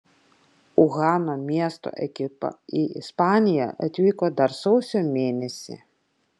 uhano miesto ekipa į ispaniją atvyko dar sausio mėnesį